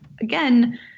again